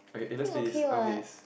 okay eh let's play I wanna play this